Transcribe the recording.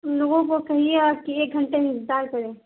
ان لوگوں کو کہیے گا کہ ایک گھنٹے انتظار کریں